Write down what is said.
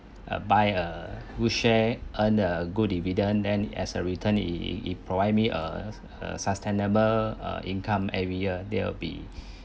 uh buy a good share earn a good dividend then as a return it it it provide me a a sustainable uh income every year they'll be